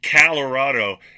Colorado